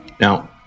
Now